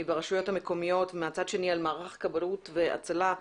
והרשויות המקומיות ומהצד השני על מערך הכבאות וההצלה,